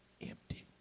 empty